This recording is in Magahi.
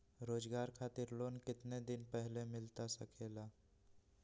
रोजगार खातिर लोन कितने दिन पहले मिलता सके ला?